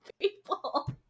people